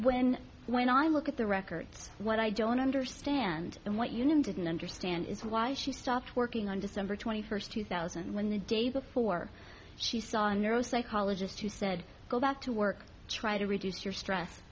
when when i look at the records what i don't understand and what union didn't understand is why she stopped working on december twenty first two thousand when the day before she saw a neuro psychologist who said go back to work try to reduce your stress